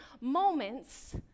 moments